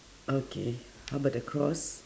okay how about the cross